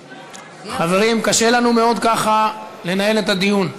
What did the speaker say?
חברים, קשה לנו מאוד ככה לנהל את הדיון.